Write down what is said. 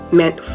meant